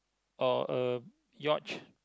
or a yatch